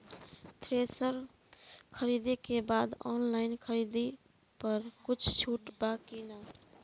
Thresher खरीदे के बा ऑनलाइन खरीद पर कुछ छूट बा कि न?